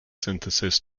synthesis